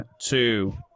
two